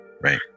right